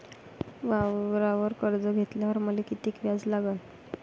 वावरावर कर्ज घेतल्यावर मले कितीक व्याज लागन?